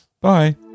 Bye